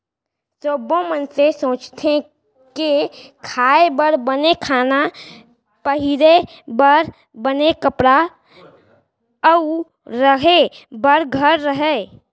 सब्बो मनसे सोचथें के खाए बर बने खाना, पहिरे बर बने कपड़ा अउ रहें बर घर रहय